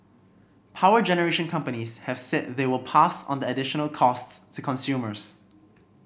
power generation companies have said they will pass on the additional costs to consumers